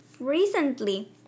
recently